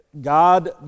God